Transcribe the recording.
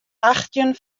achttjin